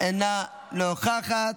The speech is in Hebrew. אינו נוכח,